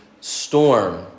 storm